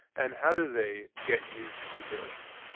and how do they get used to this,